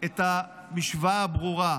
את המשוואה הברורה: